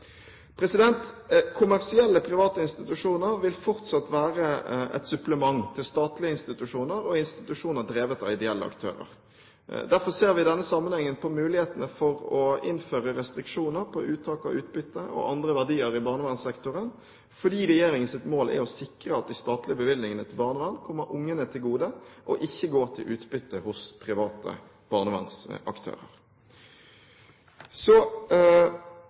Kommersielle og private institusjoner vil fortsatt være et supplement til statlige institusjoner og institusjoner drevet av ideelle aktører. Derfor ser vi i denne sammenhengen på mulighetene for å innføre restriksjoner på uttak av utbytte og andre verdier i barnevernssektoren fordi regjeringens mål er å sikre at de statlige bevilgningene til barnevernet kommer barna til gode, og ikke går til utbytte hos private